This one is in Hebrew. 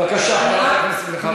בבקשה, חברת הכנסת מיכל רוזין.